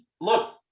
look